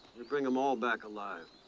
we bring em all back alive.